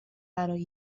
برای